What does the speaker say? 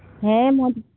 ᱦᱮᱸ